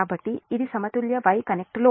కాబట్టి ఇది సమతుల్య Y కనెక్ట్ లోడ్